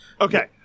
Okay